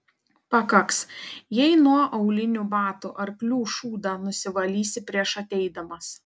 pakaks jei nuo aulinių batų arklių šūdą nusivalysi prieš ateidamas